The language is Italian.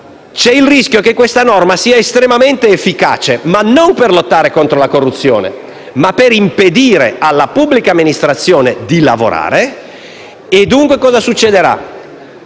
C'è il rischio che questa norma sia estremamente efficace, non per lottare contro la corruzione, ma per impedire alla pubblica amministrazione di lavorare. Cosa succederà